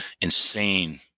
insane